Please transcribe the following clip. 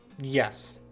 Yes